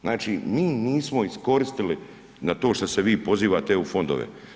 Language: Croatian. Znači, mi nismo iskoristili na to što se vi pozivate, EU fondove.